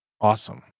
Awesome